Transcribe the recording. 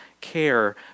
care